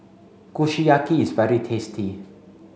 Kushiyaki is very tasty